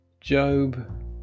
Job